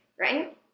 Right